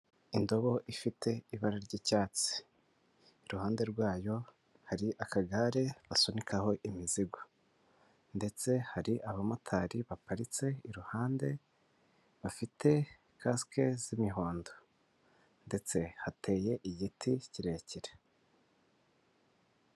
Indobo ifite ibara ry'icyatsi. iruhande rwayo, hari akagare basunikaho imizigo. Ndetse hari abamotari baparitse iruhande, bafite kasike z'imihondo. Ndetse hateye igiti kirekire.